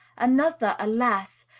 another, alas!